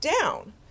down